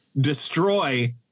destroy